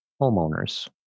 homeowners